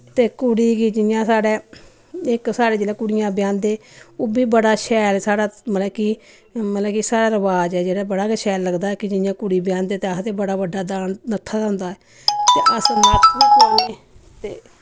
ते कुड़ी गी जि'यां साढ़ै इक साढ़े जेल्लै कुड़ियां ब्याह्दें ओह् बी बड़ा शैल साढ़ा मतलब कि मतलब कि साढ़ा रवाज ऐ जेह्ड़ा बड़ा गै शैल लगदा कि जि'यां कुड़ी ब्याह्दें ते आखदे बड़ा बड्डा दान ते